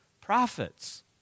prophets